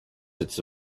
its